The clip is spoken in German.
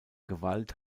gewalt